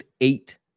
eight